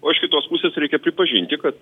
o iš kitos pusės reikia pripažinti kad